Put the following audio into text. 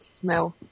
smell